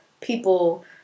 people